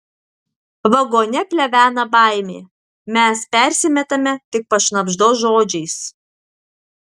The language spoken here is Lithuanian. vagone plevena baimė mes persimetame tik pašnabždos žodžiais